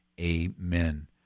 Amen